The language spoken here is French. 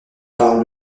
parle